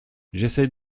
j’essaie